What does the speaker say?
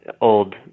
old